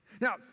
Now